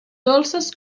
dolces